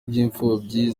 by’imfubyi